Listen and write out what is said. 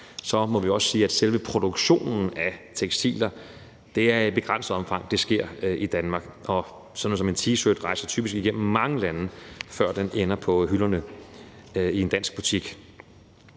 så må vi også sige, at selve produktionen af tekstiler sker i begrænset omfang i Danmark. Sådan noget som en t-shirt rejser typisk igennem mange lande, før den ender på hylderne i en dansk butik.